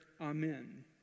Amen